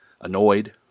annoyed